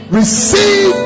receive